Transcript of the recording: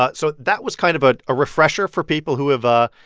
but so that was kind of but a refresher for people who have, ah